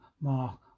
Mark